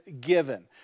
given